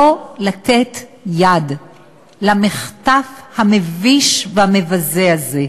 לא לתת יד למחטף המביש והמבזה הזה,